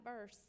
verse